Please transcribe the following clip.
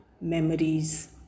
memories